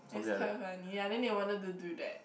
it was quite funny yeah then they wanted to do that